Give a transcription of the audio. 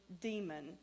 demon